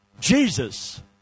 Jesus